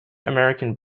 american